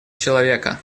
человека